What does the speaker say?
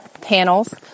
panels